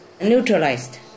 neutralized